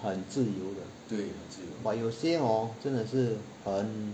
很自由的 but 有些 hor 真的是很